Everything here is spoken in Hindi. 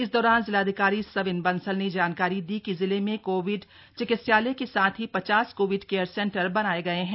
इस दौरान जिलाधिकारी सविन बंसल ने जानकारी दी कि जिले में कोविड चिकित्सालय के साथ ही पचास कोविड केयर सेंटर बनाये गये हैं